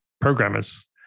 programmers